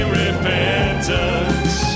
repentance